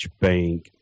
Bank